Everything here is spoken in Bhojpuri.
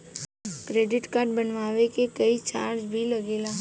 क्रेडिट कार्ड बनवावे के कोई चार्ज भी लागेला?